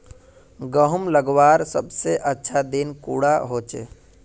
गहुम लगवार सबसे अच्छा दिन कुंडा होचे?